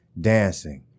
dancing